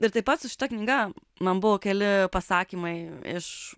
ir taip pat su šita knyga man buvo keli pasakymai iš